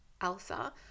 Elsa